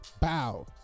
bow